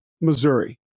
Missouri